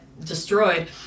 destroyed